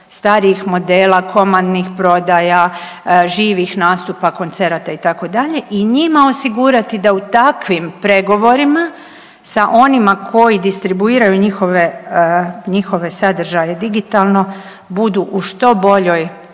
starijih modela, komandnih prodaja, živih nastupa, koncerata itd., i njima osigurati da u takvim pregovorima sa onima koji distribuiraju njihove sadržaje digitalno, budu u što boljoj